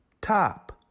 top